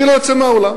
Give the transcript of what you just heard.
אני לא יוצא מהאולם.